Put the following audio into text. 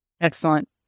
Excellent